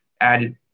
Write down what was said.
added